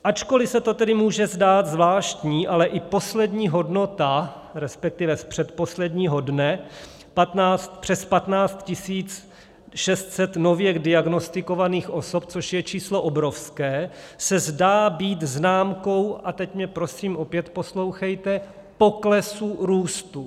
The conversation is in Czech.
Ačkoli se to tedy může zdát zvláštní, ale i poslední hodnota, resp. z předposledního dne, přes 15 600 nově diagnostikovaných osob, což je číslo obrovské, se zdá být známkou a teď mě prosím opět poslouchejte poklesu růstu.